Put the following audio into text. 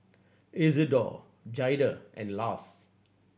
Isidor Jaida and Lars